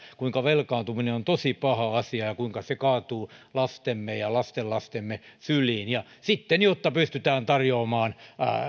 kuinka velkaantuminen on tosi paha asia ja kuinka se kaatuu lastemme ja lastenlastemme syliin ja sitten jotta pystytään tarjoamaan